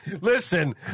Listen